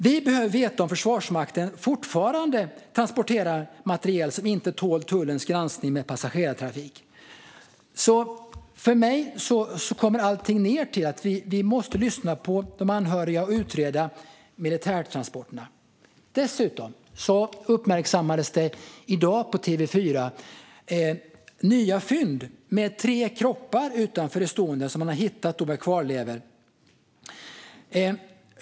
Vi behöver veta om Försvarsmakten fortfarande transporterar materiel som inte tål tullens granskning med passagerartrafik. För mig kommer allt ned till att vi måste lyssna på de anhöriga och utreda militärtransporterna. I dag uppmärksammades det på TV4 dessutom att nya fynd gjorts. Man har hittat kvarlevorna av tre kroppar utanför Estonia.